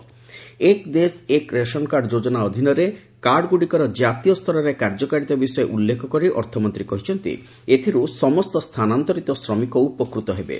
'ଏକ ଦେଶ ଏକ୍ ରେସନ୍କାର୍ଡ' ଯୋଜନା ଅଧୀନରେ କାର୍ଡଗୁଡ଼ିକର କ୍ଷାତୀୟ ସ୍ତରରେ କାର୍ଯ୍ୟକାରୀତା ବିଷୟ ଉଲ୍ଲେଖ କରି ଅର୍ଥମନ୍ତ୍ରୀ କହିଛନ୍ତି ଏଥିରୁ ସମସ୍ତ ସ୍ଥାନାନ୍ତରିତ ଶ୍ରମିକ ଉପକୂତ ହେବେ